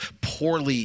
poorly